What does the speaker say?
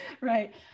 right